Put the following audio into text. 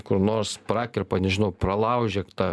kur nors prakerpa nežinau pralaužia tą